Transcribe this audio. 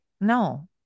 No